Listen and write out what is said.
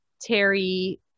Terry